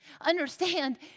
Understand